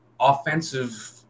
offensive